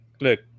Look